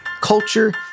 culture